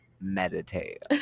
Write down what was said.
meditate